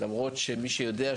למרות שמי שיודע,